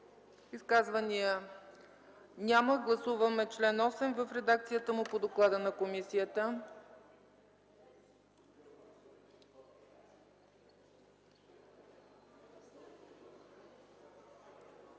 Изказвания? Няма. Гласуваме чл. 9 в редакцията му по доклада на комисията.